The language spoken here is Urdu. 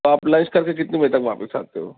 آپ لنچ کر کے کتنے بجے تک واپس آتے ہو